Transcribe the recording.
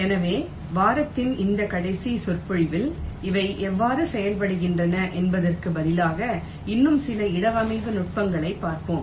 எனவே வாரத்தின் இந்த கடைசி சொற்பொழிவில் அவை எவ்வாறு செயல்படுகின்றன என்பதற்குப் பதிலாக இன்னும் சில இடவமைவு நுட்பங்களைப் பார்ப்போம்